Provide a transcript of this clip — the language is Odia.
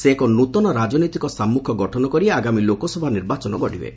ସେ ଏକ ନୂଆ ରାଜନୈତିକ ସାଞ୍ମୁଖ୍ୟ ଗଠନ କରି ଆଗାମୀ ଲୋକସଭା ନିର୍ବାଚନ ଲଢ଼ିବେ